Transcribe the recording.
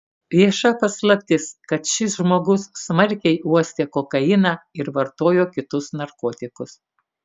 vieša paslaptis kad šis žmogus smarkiai uostė kokainą ir vartojo kitus narkotikus